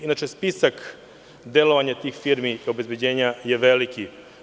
Inače, spisak delovanja tih firmi obezbeđenja je veliki.